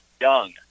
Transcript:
Young